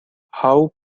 how